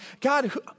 God